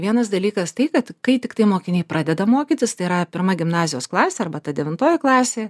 vienas dalykas tai kad kai tiktai mokiniai pradeda mokytis tai yra pirma gimnazijos klasė arba ta devintoji klasė